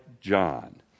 John